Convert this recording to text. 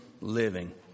living